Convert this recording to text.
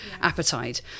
appetite